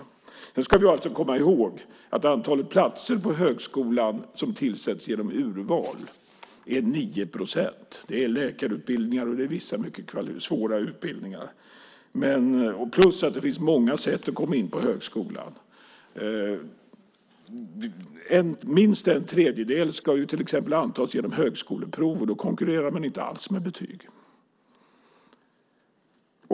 Sedan ska vi komma ihåg att antalet platser på högskolan som tillsätts genom urval är 9 procent. Det är läkarutbildningar och vissa mycket svåra utbildningar. Dessutom finns det många sätt att komma in på högskolan. Minst en tredjedel ska till exempel antas genom högskoleprov, och då konkurrerar man inte alls med betyg.